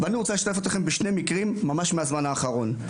ואני רוצה לשתף אתכם בשני מקרים ממש מהזמן האחרון.